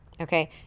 Okay